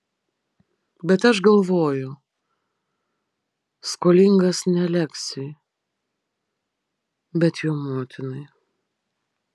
bet aš galvoju skolingas ne aleksiui bet jo motinai